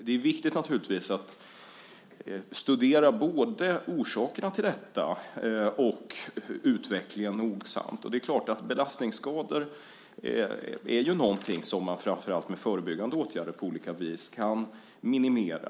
Det är naturligtvis viktigt att nogsamt studera både orsakerna till detta och utvecklingen. Och det är klart att belastningsskador är någonting som man framför allt med förebyggande åtgärder på olika vis kan minimera.